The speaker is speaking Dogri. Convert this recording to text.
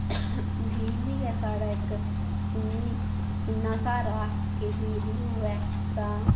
बिजली गै साढ़ा इक इन्नी इन्ना स्हारा कि बिजली होऐ तां